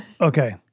Okay